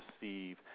receive